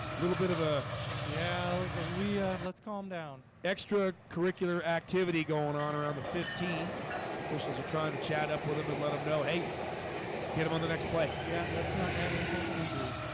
little bit of a yeah, ah we let's calm down extracurricular activity going on around the fifteen the officials are trying to chat up with him and let him know. hey get him on the next play. yeah, let's not add insult to injury